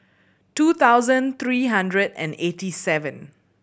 two thousand three hundred and eighty seven